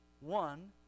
One